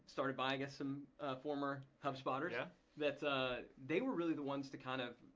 started by, i guess, some former hubspotters yeah that ah they were really the ones to kind of